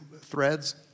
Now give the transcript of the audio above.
threads